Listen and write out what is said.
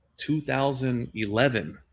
2011